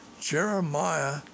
Jeremiah